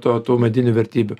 to tų medinių vertybių